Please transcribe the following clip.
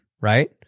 Right